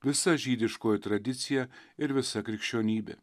visa žydiškoji tradicija ir visa krikščionybė